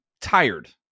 tired